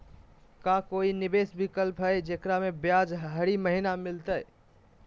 का कोई निवेस विकल्प हई, जेकरा में ब्याज हरी महीने मिलतई?